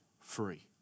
free